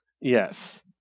Yes